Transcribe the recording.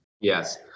Yes